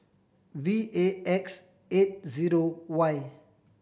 V A X eight zero Y